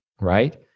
right